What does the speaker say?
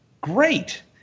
great